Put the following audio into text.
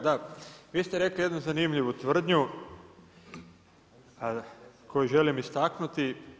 Da, vi ste rekli jednu zanimljivu tvrdnju koju želim istaknuti.